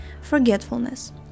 forgetfulness